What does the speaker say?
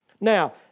Now